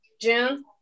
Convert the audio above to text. June